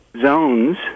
zones